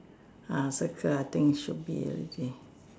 ah circle ah I think should be already